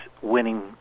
winning